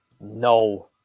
No